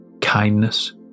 kindness